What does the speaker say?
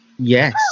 Yes